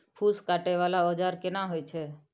फूस काटय वाला औजार केना होय छै?